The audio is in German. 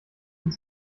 und